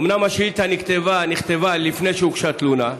אומנם השאילתה נכתבה לפני שהוגשה תלונה.